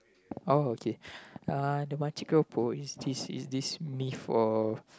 oh okay the makcik keropok is this is this myth or